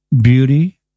beauty